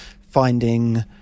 finding